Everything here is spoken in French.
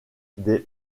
des